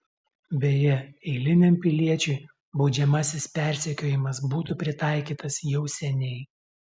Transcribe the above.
beje eiliniam piliečiui baudžiamasis persekiojimas būtų pritaikytas jau seniai